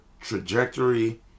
trajectory